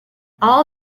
all